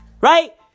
right